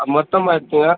மொத்தமாக எடுத்துக்கோங்க